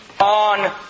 on